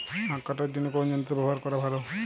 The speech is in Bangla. আঁখ কাটার জন্য কোন যন্ত্র ব্যাবহার করা ভালো?